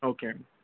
okay అండి